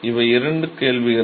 இவை இரண்டு கேள்விகள்